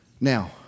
Now